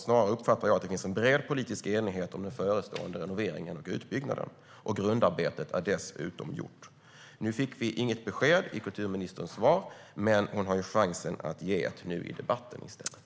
Snarare uppfattar jag att det finns en bred politisk enighet om den förestående renoveringen och utbyggnaden, och grundarbetet är dessutom gjort. Nu fick vi inget besked i kulturministerns svar. Men hon har chansen att ge ett nu i debatten i stället.